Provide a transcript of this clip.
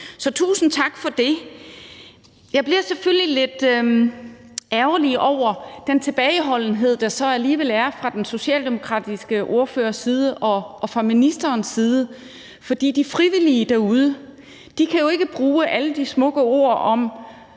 Så tusind tak for det. Jeg bliver selvfølgelig lidt ærgerlig over den tilbageholdenhed, der så alligevel er fra den socialdemokratiske ordførers side og fra ministerens side, for de frivillige derude kan jo ikke bruge alle de smukke ord om,